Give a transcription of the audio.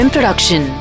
Production